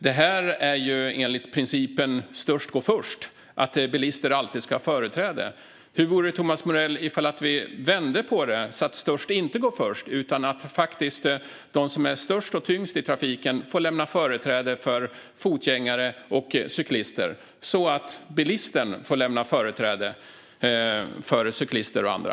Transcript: Det här är enligt principen störst går först - att bilister alltid ska ha företräde. Hur vore det, Thomas Morell, om vi vände på det så att störst inte går först och att de som är störst och tyngst i trafiken får lämna företräde för fotgängare och cyklister? Då får alltså bilisten lämna företräde för cyklister och andra.